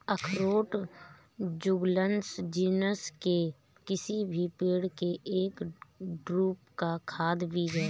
अखरोट Juglans genus के किसी भी पेड़ के एक ड्रूप का खाद्य बीज है